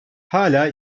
hâlâ